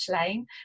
Lane